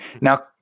Now